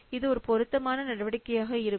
இது ஒரு பொருத்தமான நடவடிக்கையாக இருக்கும்